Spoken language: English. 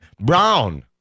Brown